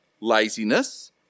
laziness